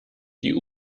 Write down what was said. die